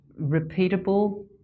repeatable